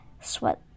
sweat